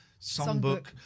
Songbook